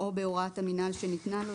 "או בהוראת המינהל שניתנה לו,